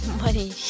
money